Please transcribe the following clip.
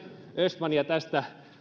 östmania tästä